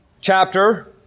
chapter